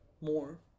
more